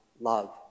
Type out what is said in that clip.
love